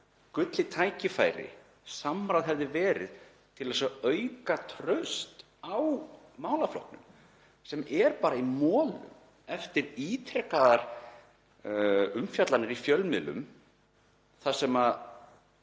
gullið tækifæri samráð hefði verið til að auka traust á málaflokknum sem er bara í molum eftir ítrekaðar umfjallanir í fjölmiðlum þar sem